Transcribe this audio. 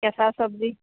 কেঁচা চব্জি